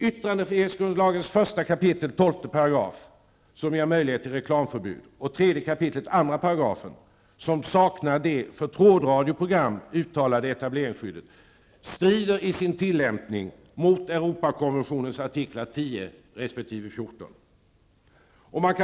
Man kan fråga: Vari består rättsstridigheterna?